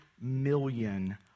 million